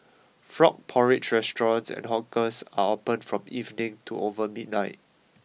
frog porridge restaurants and hawkers are opened from evening to over midnight